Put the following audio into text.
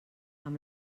amb